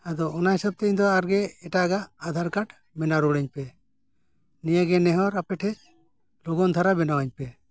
ᱟᱫᱚ ᱚᱱᱟ ᱦᱤᱥᱟᱹᱵ ᱛᱮ ᱤᱧ ᱫᱚ ᱟᱨ ᱜᱮ ᱮᱴᱟᱜᱟᱜ ᱟᱫᱷᱟᱨ ᱠᱟᱨᱰ ᱵᱮᱱᱟᱣ ᱨᱩᱣᱟᱹᱲᱟᱹᱧ ᱯᱮ ᱱᱤᱭᱟᱹ ᱜᱮ ᱱᱮᱦᱚᱨ ᱟᱯᱮ ᱴᱷᱮᱱ ᱞᱚᱜᱚᱱ ᱫᱷᱟᱨᱟ ᱵᱮᱱᱟᱣᱟᱹᱧ ᱯᱮ